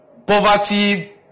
Poverty